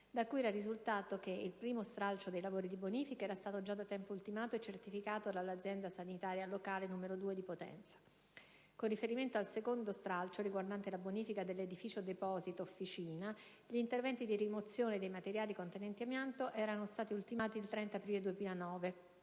da cui era risultato che il primo stralcio dei lavori di bonifica era stato già da tempo ultimato e certificato dall'Azienda sanitaria locale n. 2 di Potenza. Inoltre, con riferimento al secondo stralcio, riguardante la bonifica dell'edificio deposito - officina, era risultato che gli interventi di rimozione dei materiali contenenti amianto erano stati ultimati il 30 aprile 2009,